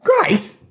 Grace